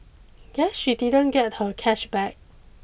guess she didn't get her cash back